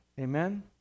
Amen